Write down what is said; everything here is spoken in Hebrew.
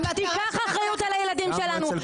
אני עושה זומים של הדרכה, אבל זה לא התפקיד שלי.